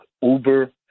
uber